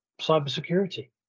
cybersecurity